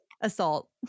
assault